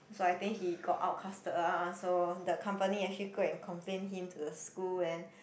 so I think he got outcasted lah so the company actually go and complain him to the school and